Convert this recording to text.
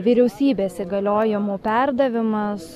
vyriausybės įgaliojimų perdavimas